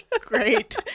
great